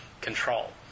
control